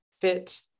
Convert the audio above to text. fit